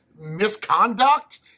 Misconduct